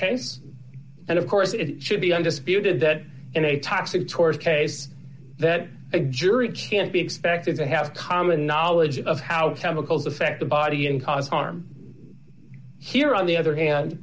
case and of course it should be undisputed that in a toxic tours case that a jury can't be expected to have common knowledge of how chemicals affect the body and cause harm here on the other hand